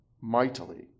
mightily